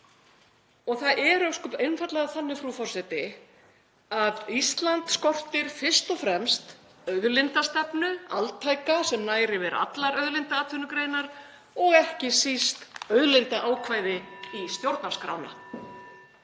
er ósköp einfaldlega þannig, frú forseti, að Ísland skortir fyrst og fremst auðlindastefnu, altæka sem nær yfir allar auðlindaatvinnugreinar og ekki síst auðlindaákvæði í stjórnarskrána.